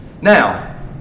Now